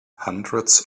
hundreds